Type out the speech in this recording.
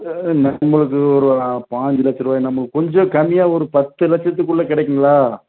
உங்களுக்கு ஒரு பாஞ்சு லட்சம் ரூபா நம்மளுக்கு கொஞ்சம் கம்மியாக ஒரு பத்து லட்சத்துக்குள்ளே கிடைக்குங்களா